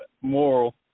moral